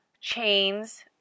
chains